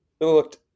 looked